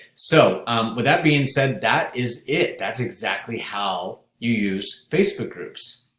so um with that being said, that is it. that's exactly how you use facebook groups.